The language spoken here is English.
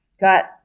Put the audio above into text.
got